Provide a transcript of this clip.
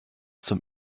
zum